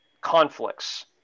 conflicts